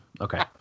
Okay